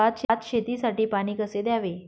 भात शेतीसाठी पाणी कसे द्यावे?